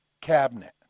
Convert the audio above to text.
cabinet